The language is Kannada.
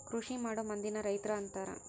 ಕೃಷಿಮಾಡೊ ಮಂದಿನ ರೈತರು ಅಂತಾರ